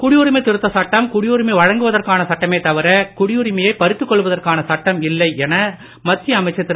குடியுரிமை திருத்தச் சட்டம் குடியுரிமை வழங்கவதற்கான சட்டமே தவிர குடியுரிமையை பறித்துக்கொள்வதற்கான சட்டம் இல்லை என மத்திய அமைச்சர் திரு